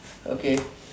okay